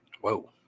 Whoa